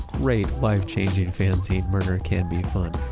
great life-changing fanzine murder can be fun.